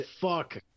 fuck